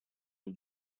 new